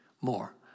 more